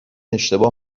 اشتباه